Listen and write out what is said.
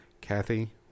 Kathy